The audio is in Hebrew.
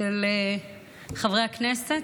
של חברי הכנסת,